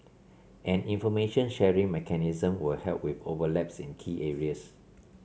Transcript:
an information sharing mechanism will help with overlaps in key areas